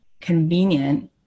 convenient